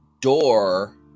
door